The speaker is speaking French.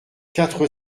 quatre